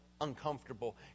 uncomfortable